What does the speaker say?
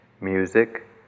music